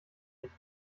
nicht